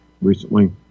recently